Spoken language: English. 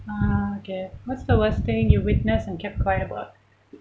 uh okay what's the worst thing you witnessed and kept quiet about